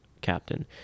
captain